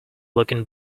looking